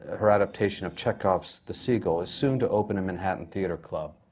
ah her adaptation of chekhov's the seagull, is soon to open at manhattan theatre club.